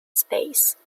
space